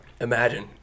Imagine